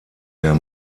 der